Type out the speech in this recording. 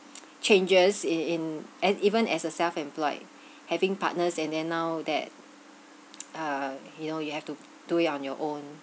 changes in in as even as a self employed having partners and then now that uh you know you have to do it on your own